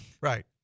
Right